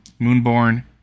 Moonborn